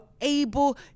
able